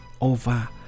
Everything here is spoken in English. over